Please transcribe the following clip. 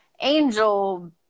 angel